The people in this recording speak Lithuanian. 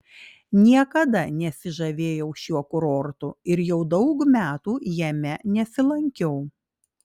niekada nesižavėjau šiuo kurortu ir jau daug metų jame nesilankiau